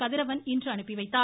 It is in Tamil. கதிரவன் இன்று அனுப்பி வைத்தார்